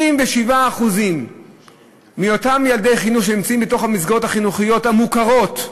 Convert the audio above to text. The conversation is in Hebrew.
27% מאותם ילדי מערכת החינוך שנמצאים בתוך המסגרות החינוכיות המוכרות,